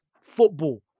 football